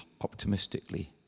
optimistically